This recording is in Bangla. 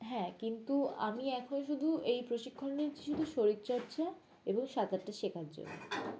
হ্যাঁ কিন্তু আমি এখন শুধু এই প্রশিক্ষণ নিচ্ছি শুধু শরীরচর্চা এবং সাঁতারটা শেখার জন্য